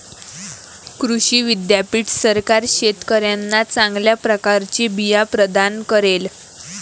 कृषी विद्यापीठ सरकार शेतकऱ्यांना चांगल्या प्रकारचे बिया प्रदान करेल